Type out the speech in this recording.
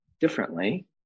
differently